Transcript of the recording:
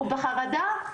הוא בחרדה.